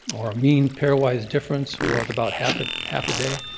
or mean pairwise difference was about half ah half a day.